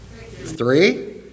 Three